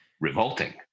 revolting